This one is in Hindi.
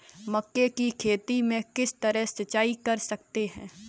मक्के की खेती में किस तरह सिंचाई कर सकते हैं?